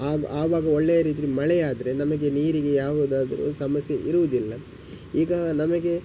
ಆ ಆವಾಗ ಒಳ್ಳೆ ರೀತಿ ಮಳೆಯಾದರೆ ನಮಗೆ ನೀರಿಗೆ ಯಾವುದಾದರೂ ಸಮಸ್ಯೆ ಇರುವುದಿಲ್ಲ ಈಗ ನಮಗೆ